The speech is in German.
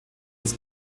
des